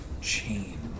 Chain